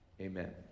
Amen